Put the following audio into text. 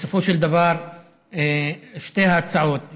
בסופו של דבר שתי ההצעות,